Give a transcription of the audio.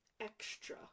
extra